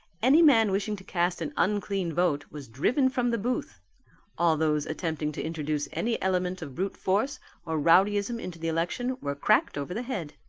any man wishing to cast an unclean vote was driven from the booth all those attempting to introduce any element of brute force or rowdyism into the election were cracked over the head.